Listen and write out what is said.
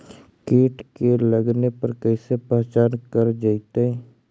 कीट के लगने पर कैसे पहचान कर जयतय?